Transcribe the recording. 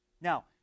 Now